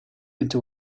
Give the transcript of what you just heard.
into